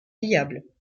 viable